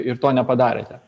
ir to nepadarėte